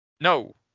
No